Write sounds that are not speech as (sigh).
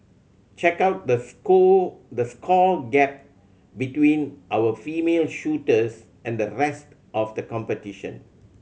check out the (unintelligible) the score gap between our female shooters and the rest of the competition